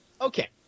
Okay